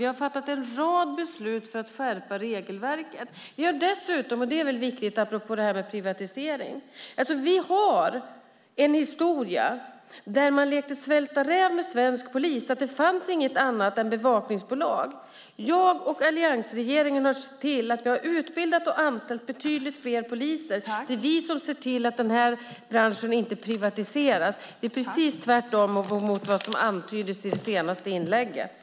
Vi har fattat en rad beslut för att skärpa regelverket. Apropå detta med privatisering har vi en historia där man lekte svälta räv med svensk polis och det inte fanns något annat än bevakningsbolag. Jag och alliansregeringen har sett till att det har utbildats och anställts betydligt fler poliser. Det är vi som ser till att den här branschen inte privatiseras. Det är precis tvärtom mot vad som antyddes i ett av de senaste inläggen.